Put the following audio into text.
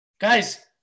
guys